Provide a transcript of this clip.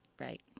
right